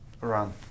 run